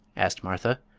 asked martha,